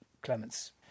Clement's